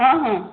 ହଁ ହଁ